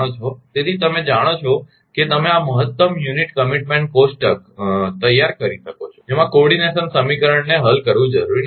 તેથી તમે જાણો છો કે તમે આ મહત્તમ યુનિટ કમીટમેન્ટ કોષ્ટકઓપટીમ્મ યુનિટ કમીટમેન્ટ ટેબલ તૈયાર કરી શકો છો જેમાં કો ઓર્ડીનેશન સમીકરણને હલ કરવું જરૂરી નથી